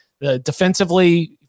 defensively